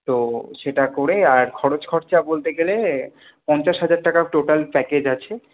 তো সেটা করে আর খরচ খরচা বলতে গেলে পঞ্চাশ হাজার টাকা টোটাল প্যাকেজ আছে